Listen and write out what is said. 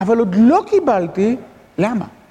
אבל עוד לא קיבלתי, למה?